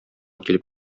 килеп